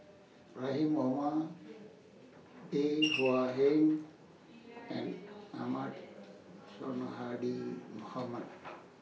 Rahim Omar Bey Hua Heng and Ahmad Sonhadji Mohamad